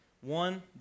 One